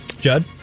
Judd